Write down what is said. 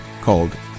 called